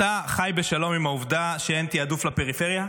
אתה חי בשלום עם העובדה שאין תיעדוף לפריפריה?